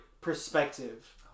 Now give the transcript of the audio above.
perspective